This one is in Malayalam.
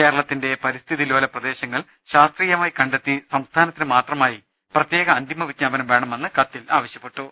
കേരളത്തിന്റെ പരിസ്ഥിതി ലോല പ്രദേശങ്ങൾ ശാസ്ത്രീയ മായി കണ്ടെത്തി സംസ്ഥാനത്തിന് മാത്രമായി പ്രത്യേക അന്തിമ വിജ്ഞാ പനം വേണമെന്ന് കത്തിൽ ആവശ്യപ്പെട്ടു